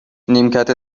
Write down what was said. نیمکت